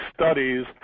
studies